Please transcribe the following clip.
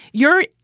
your.